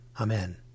Amen